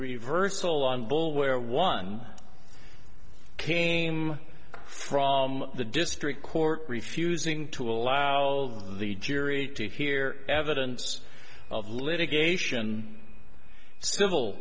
reversal on bull where one came from the district court refusing to allow of the jury to hear evidence of litigation civil